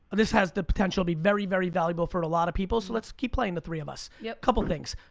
this has the potential to be very, very valuable for a lot of people, so let's keep playing the three of us. yeah couple of things.